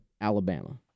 Alabama